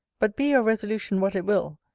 but be your resolution what it will,